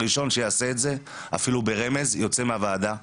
הראשון שיעשה את זה, אפילו ברמז, יוצא מהוועדה.